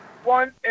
One